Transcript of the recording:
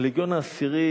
הלגיון העשירי,